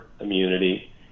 immunity